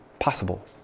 possible